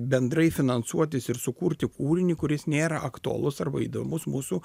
bendrai finansuotis ir sukurti kūrinį kuris nėra aktualus arba įdomus mūsų